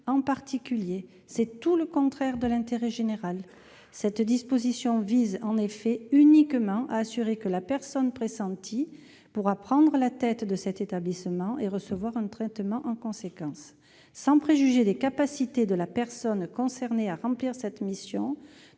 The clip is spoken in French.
en particulier. C'est tout le contraire de l'intérêt général ! Cette disposition vise en effet uniquement à assurer que la personne pressentie pourra prendre la tête de cet établissement et recevoir un traitement en conséquence. Sans préjuger des capacités de la personne concernée à remplir cette mission,